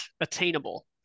attainable